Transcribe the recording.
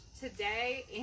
Today